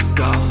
go